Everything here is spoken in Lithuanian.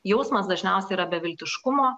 jausmas dažniausiai yra beviltiškumo